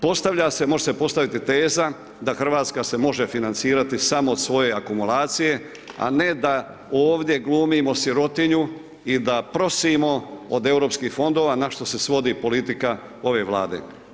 Postavlja se, može se postaviti teza da Hrvatska se može financirati samo od svoje akumulacije, a ne da ovdje glumimo sirotinju i da prosimo od Europskih fondova na što se svodi politika ove Vlade.